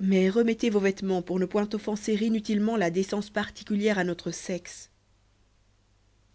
mais remettez vos vêtements pour ne point offenser inutilement la décence particulière à notre sexe